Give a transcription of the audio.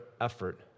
effort